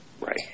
Right